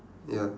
ya